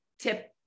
tip